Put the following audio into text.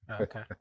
okay